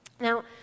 Now